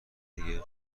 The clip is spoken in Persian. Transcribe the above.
دیگه